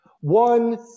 one